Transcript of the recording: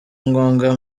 ngoga